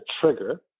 trigger